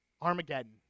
Armageddon